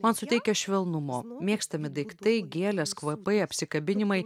man suteikia švelnumo mėgstami daiktai gėlės kvapai apsikabinimai